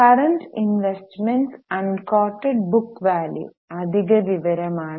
current investment unquoted book value അധിക വിവരമാണ്